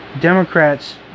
Democrats